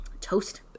Toast